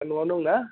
नआव दं ना